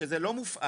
כשזה לא מופעל,